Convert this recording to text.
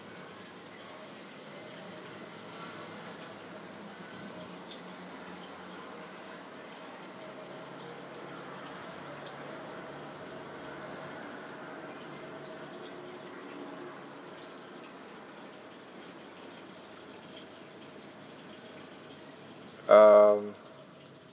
um